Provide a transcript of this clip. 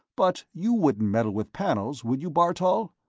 but you wouldn't meddle with panels, would you, bartol?